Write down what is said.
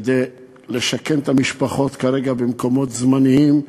כדי לשכן את המשפחות כרגע במקומות זמניים,